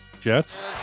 Jets